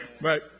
Right